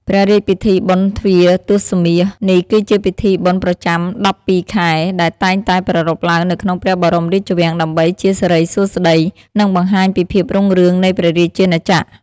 ព្រះរាជពិធីបុណ្យទ្វារទសមាស នេះគឺជាពិធីបុណ្យប្រចាំដប់ពីរខែ ដែលតែងតែប្រារព្ធឡើងនៅក្នុងព្រះបរមរាជវាំង ដើម្បីជាសិរីសួស្ដី និងបង្ហាញពីភាពរុងរឿងនៃព្រះរាជាណាចក្រ។